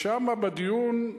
שם, בדיון,